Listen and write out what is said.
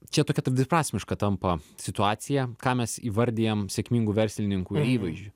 čia tokia ta dviprasmiška tampa situacija ką mes įvardijam sėkmingu verslininku ir įvaizdžiu